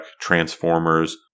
Transformers